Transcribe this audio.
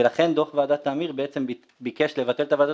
ולכן דוח ועדת תמיר ביקש לבטל את הוועדות